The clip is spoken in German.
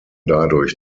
dadurch